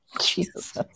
Jesus